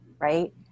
right